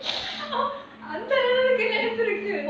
அந்த அளவுக்கு நெனப்பிருக்கு:antha alavuku nenapiruku